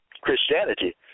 Christianity